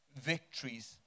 victories